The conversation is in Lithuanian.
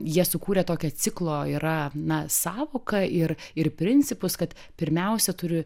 jie sukūrė tokią ciklo yra na sąvoką ir ir principus kad pirmiausia turi